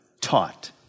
taught